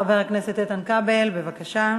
חבר הכנסת איתן כבל, בבקשה.